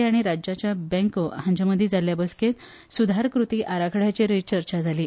आय आनी राज्यांच्या बँको हांच्या मदी जाल्या बसकेंत सुधार कृती आराखड्याचेर चर्चा जाली